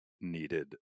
needed